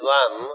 one